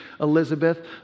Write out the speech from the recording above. Elizabeth